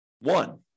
one